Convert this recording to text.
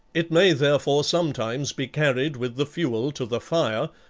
it may therefore sometimes be carried with the fuel to the fire,